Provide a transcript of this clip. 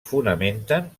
fonamenten